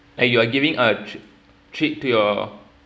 like you are giving a tr~ treat to your